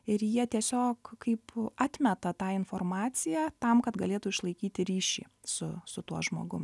ir jie tiesiog kaip atmeta tą informaciją tam kad galėtų išlaikyti ryšį su su tuo žmogum